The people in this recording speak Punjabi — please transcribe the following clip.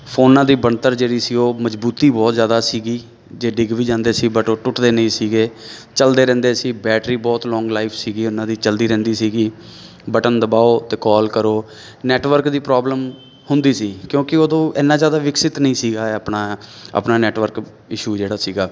ਫੋਨਾਂ ਦੀ ਬਣਤਰ ਜਿਹੜੀ ਸੀ ਉਹ ਮਜ਼ਬੂਤੀ ਬਹੁਤ ਜ਼ਿਆਦਾ ਸੀਗੀ ਜੇ ਡਿੱਗ ਵੀ ਜਾਂਦੇ ਸੀ ਬਟ ਉਹ ਟੁੱਟਦੇ ਨਹੀਂ ਸੀਗੇ ਚਲਦੇ ਰਹਿੰਦੇ ਸੀ ਬੈਟਰੀ ਬਹੁਤ ਲੋਂਗ ਲਾਈਫ ਸੀਗੀ ਉਹਨਾਂ ਦੀ ਚਲਦੀ ਰਹਿੰਦੀ ਸੀਗੀ ਬਟਨ ਦਬਾਉ ਅਤੇ ਕੋਲ ਕਰੋ ਨੈਟਵਰਕ ਦੀ ਪ੍ਰੋਬਲਮ ਹੁੰਦੀ ਸੀ ਕਿਉਂਕਿ ਉਦੋਂ ਐਨਾ ਜ਼ਿਆਦਾ ਵਿਕਸਿਤ ਨਹੀਂ ਸੀਗਾ ਆਪਣਾ ਆਪਣਾ ਨੈਟਵਰਕ ਇਸ਼ੂ ਜਿਹੜਾ ਸੀਗਾ